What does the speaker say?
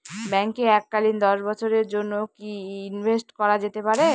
ব্যাঙ্কে এককালীন দশ বছরের জন্য কি ইনভেস্ট করা যেতে পারে?